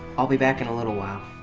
i'll be back in a little while.